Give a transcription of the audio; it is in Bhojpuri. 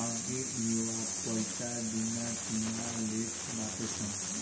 बाकी इहवा पईसा दूना तिना लेट बाटे सन